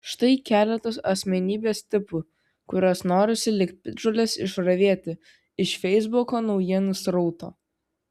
štai keletas asmenybės tipų kuriuos norisi lyg piktžoles išravėti iš feisbuko naujienų srauto